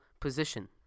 position